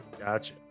gotcha